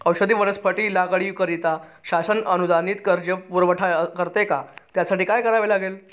औषधी वनस्पती लागवडीकरिता शासन अनुदानित कर्ज पुरवठा करते का? त्यासाठी काय करावे लागेल?